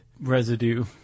residue